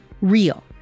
real